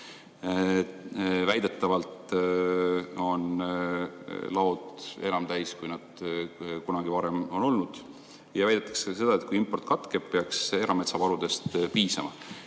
Väidetavalt on laod enam täis, kui nad kunagi varem on olnud, ja väidetakse ka seda, et kui import katkeb, peaks erametsa varudest piisama.